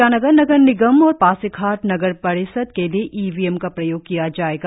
ईटानगर नगर निगम और पासीघाट नगर परिषद के लिए ई वी एम का प्रयोग किया जाएगा